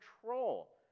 control